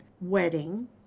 wedding